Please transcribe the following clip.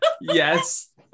Yes